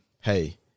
hey